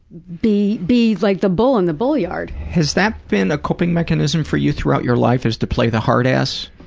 be, be like the bull and the bull yard. has that been a coping mechanism for you throughout your life is to play the hard ass?